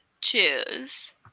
choose